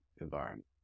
environment